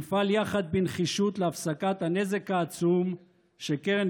נפעל יחד בנחישות להפסקת הנזק העצום שקרן